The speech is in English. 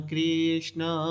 Krishna